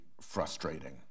frustrating